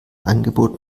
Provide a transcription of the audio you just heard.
angebot